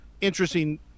interesting